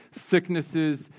sicknesses